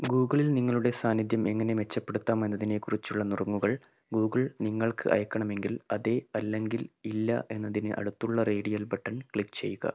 ഗൂഗിളിൽ നിങ്ങളുടെ സാന്നിധ്യം എങ്ങനെ മെച്ചപ്പെടുത്താം എന്നതിനെക്കുറിച്ചുള്ള നുറുങ്ങുകൾ ഗൂഗിൾ നിങ്ങൾക്ക് അയ്ക്കണമെങ്കിൽ അതെ അല്ലെങ്കിൽ ഇല്ല എന്നതിന് അടുത്തുള്ള റേഡിയൽ ബട്ടൺ ക്ലിക്ക് ചെയ്യുക